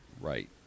Right